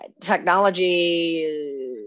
Technology